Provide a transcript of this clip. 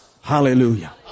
Hallelujah